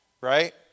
right